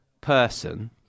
person